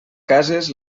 cases